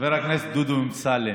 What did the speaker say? חבר הכנסת דודו אמסלם,